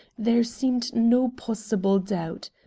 there seemed no possible doubt.